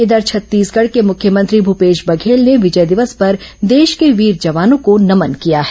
इधर छत्तीसगढ़ के मुख्यमंत्री भूपेश बघेल ने विजय दिवस पर देश के वीर जवानों को नमन किया है